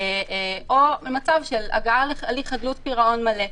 או למצב של הגעה להליך חדלות פירעון מלא.